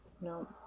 No